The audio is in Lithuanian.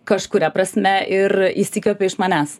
kažkuria prasme ir įsikvepia iš manęs